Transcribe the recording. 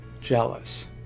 jealous